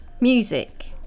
music